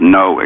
no